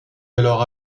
alors